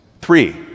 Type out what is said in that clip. three